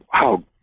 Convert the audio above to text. wow